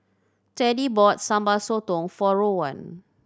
Teddie bought Sambal Sotong for Rowan